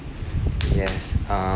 yes uh